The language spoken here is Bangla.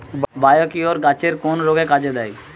বায়োকিওর গাছের কোন রোগে কাজেদেয়?